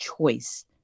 choice